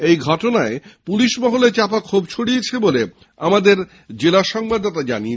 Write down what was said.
এই ঘটনায় পুলিশ মহলে চাপা ক্ষোভ ছড়িয়েছে বলে আমাদের সংবাদদাতা জানিয়েছেন